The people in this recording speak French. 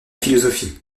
philosophie